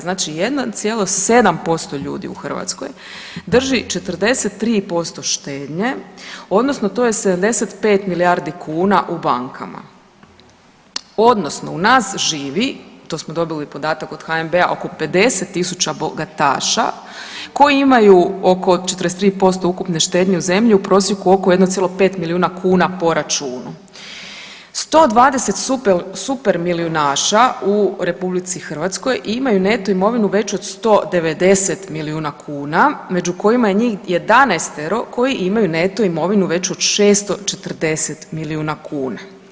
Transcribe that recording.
Znači 1,7% ljudi u Hrvatskoj drži 43% štednje odnosno to je 75 milijardi kuna u bankama odnosno u nas živi, to smo dobili podatak od HNB-a, oko 50.000 bogataša koji imaju oko 43% ukupne štednje u zemlji u prosjeku oko 1,5 milijuna kuna po računu, 120 super milijunaša u RH imaju neto imovinu veću od 190 milijuna kuna, među kojima je njih 11-ero koji imaju neto imovinu veću od 640 milijuna kuna.